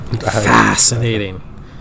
Fascinating